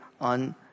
on